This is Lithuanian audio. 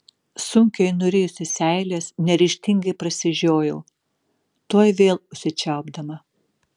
sunkiai nurijusi seiles neryžtingai prasižiojau tuoj vėl užsičiaupdama